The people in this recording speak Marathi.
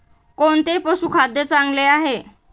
कोणते पशुखाद्य चांगले आहे?